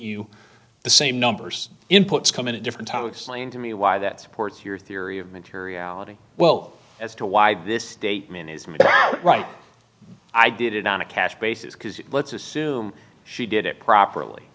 you the same numbers inputs come in a different time explain to me why that supports your theory of materiality well as to why this statement is right i did it on a cash basis because let's assume she did it properly